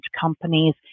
companies